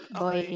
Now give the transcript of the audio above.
boy